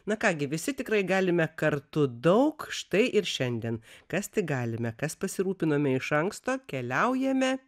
na ką gi visi tikrai galime kartu daug štai ir šiandien kas tik galime kas pasirūpinome iš anksto keliaujame